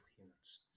humans